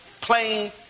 plain